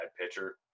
pitcher